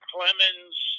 Clemens